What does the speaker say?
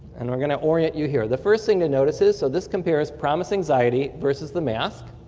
and we're going to orient you here. the first thing to notice is, so this compares promis anxiety versus the mask.